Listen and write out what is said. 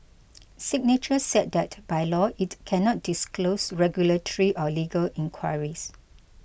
signature said that by law it cannot disclose regulatory or legal inquiries